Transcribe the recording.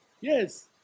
Yes